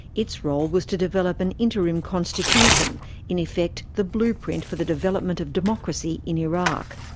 its role was to develop an interim constitution in effect, the blueprint for the development of democracy in iraq.